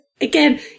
again